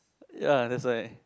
ya that's why